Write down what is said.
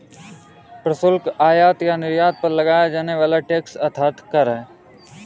प्रशुल्क, आयात या निर्यात पर लगाया जाने वाला टैक्स अर्थात कर है